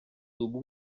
tuvo